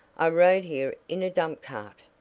i rode here in a dump-cart!